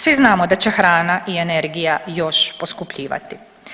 Svi znamo da će hrana i energija još poskupljivati.